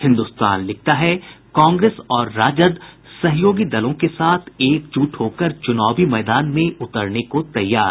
हिन्दुस्तान लिखता है कांग्रेस और राजद सहयोगी दलों के साथ एकजुट होकर चुनावी मैदान में उतरने को तैयार